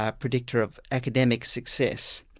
ah predictor of academic success.